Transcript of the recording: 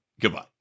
Goodbye